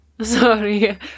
Sorry